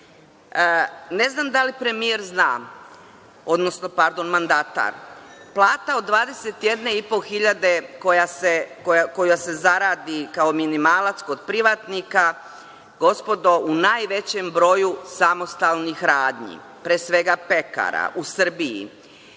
znam da li premijer zna, odnosno mandatar, plata od 21 i po hiljade koja se zaradi kao minimalac kod privatnika, gospodo, u najvećem broju samostalnih radnji, pre svega pekara, u Srbiji